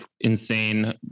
insane